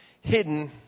hidden